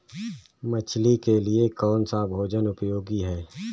मछली के लिए कौन सा भोजन उपयोगी है?